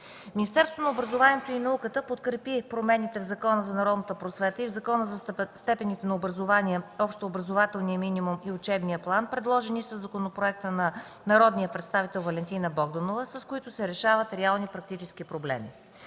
Министерството на образованието и науката подкрепи промените в Закона за народната просвета и в Закона за степента на образование, общообразователния минимум и учебния план, предложени със законопроекта на народния представител Валентина Богданова, с които се решават реални практически проблеми.